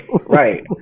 right